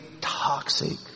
toxic